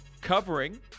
covering